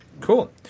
Cool